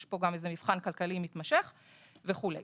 יש פה מבחן כלכלי מתמשך וכו'.